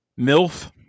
Milf